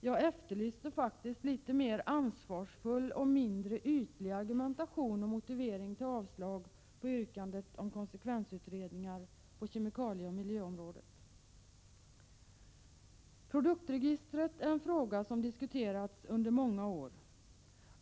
Jag efterlyser en något mer ansvarsfull och mindre ytlig argumentation och en motivering till yrkandet om avslag på förslaget om konsekvensutredningar på kemikalieoch miljöområdena. Frågan om produktregistret har diskuterats under många år.